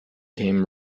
came